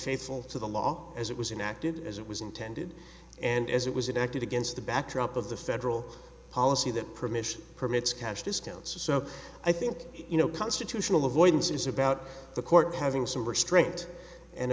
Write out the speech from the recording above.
faithful to the law as it was inactive as it was intended and as it was it acted against the backdrop of the federal policy that permits permits cash discounts or so i think you know constitutional avoidance is about the court having some restraint and